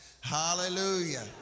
Hallelujah